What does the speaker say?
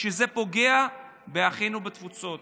שזה פוגע באחינו בתפוצות.